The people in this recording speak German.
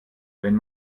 wenn